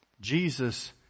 Jesus